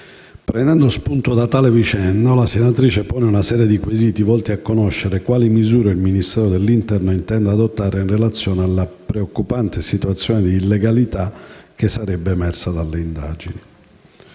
Prendendo spunto da tale vicenda, la senatrice pone una serie di quesiti volti a conoscere quali misure il Ministero dell'interno intenda adottare in relazione alla preoccupante situazione di illegalità che sarebbe emersa dalle indagini.